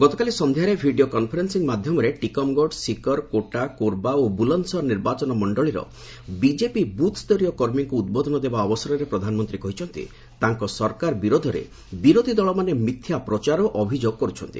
ଗତକାଲି ସନ୍ଧ୍ୟାରେ video conferencing ମାଧ୍ୟମରେ ଟିକମ୍ଗଡ଼ ଶିକର୍ କୋଟା କୋର୍ବା ଓ ବୂଲନ୍ଦସହର ନିର୍ବାଚନ ମଣ୍ଡଳିର ବିଜେପି ବୃଥ୍ ଉଦ୍ବୋଦନ ଦେବା ଅବସରରେ ପ୍ରଧାନମନ୍ତ୍ରୀ କହିଛନ୍ତି ତାଙ୍କ ସରକାର ବିରୋଧରେ ବିରୋଧି ଦଳମାନେ ମିଥ୍ୟା ପ୍ରଚାର ଓ ଅଭିଯୋଗ କରୁଛନ୍ତି